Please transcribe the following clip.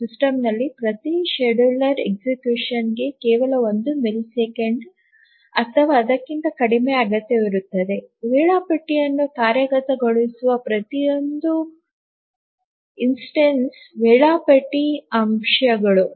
ಸಿಸ್ಟಂನಲ್ಲಿ ಪ್ರತಿ ಶೆಡ್ಯೂಲರ್ executionನೆಗೆ ಕೇವಲ ಒಂದು ಮಿಲಿಸೆಕೆಂಡ್ ಅಥವಾ ಅದಕ್ಕಿಂತ ಕಡಿಮೆ ಅಗತ್ಯವಿರುತ್ತದೆ ವೇಳಾಪಟ್ಟಿಯನ್ನು ಕಾರ್ಯಗತಗೊಳಿಸುವ ಪ್ರತಿಯೊಂದು ನಿದರ್ಶನ ವೇಳಾಪಟ್ಟಿ ಅಂಕಗಳು